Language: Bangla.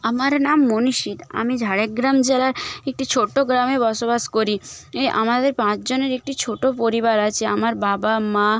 আমার নাম মনিশির আমি ঝাড়গ্রাম জেলার একটি ছোট্টো গ্রামে বসবাস করি ই আমাদের পাঁচজনের একটি ছোটো পরিবার আছে আমার বাবা মা